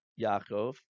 Yaakov